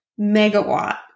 megawatt